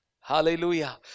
hallelujah